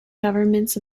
governments